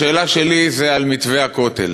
השאלה שלי היא על מתווה הכותל.